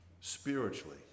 spiritually